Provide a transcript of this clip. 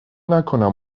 نکنم